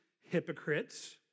hypocrites